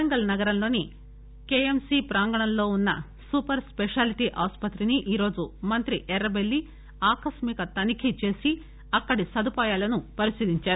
వరంగల్ నగరంలోని కేయంసి ప్రాంగణంలో ఉన్న సూపర్ స్పెషాలిటీ ఆసుపత్రిని గురువారం మంత్రి ఎర్రబెల్లి ఆకస్మికంగా తనిఖీ చేసి అక్కడి సదుపాయాలను పరిశీలించారు